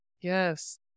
yes